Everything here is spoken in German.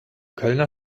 kölner